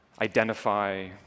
identify